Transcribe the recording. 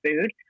food